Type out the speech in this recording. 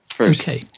Okay